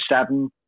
seven